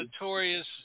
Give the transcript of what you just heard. notorious